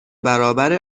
برابر